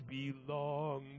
belong